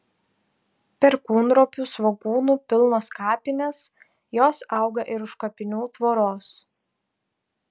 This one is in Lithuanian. perkūnropių svogūnų pilnos kapinės jos auga ir už kapinių tvoros